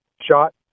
shot